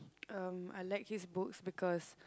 um I like his books because